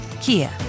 Kia